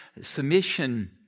submission